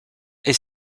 est